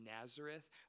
Nazareth